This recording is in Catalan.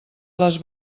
les